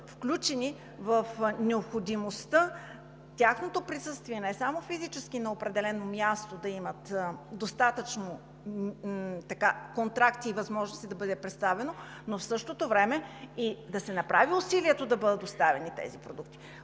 включени – да присъстват не само физически на определено място, да имат достатъчно контракти и възможности да бъдат представени, но в същото време да се направи усилието да бъдат доставени тези продукти.